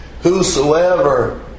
whosoever